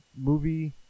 movie